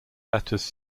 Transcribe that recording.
letters